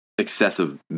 excessive